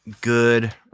Good